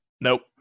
Nope